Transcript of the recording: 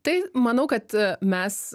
tai manau kad mes